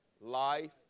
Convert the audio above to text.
Life